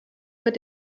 mit